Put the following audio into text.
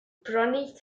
brynu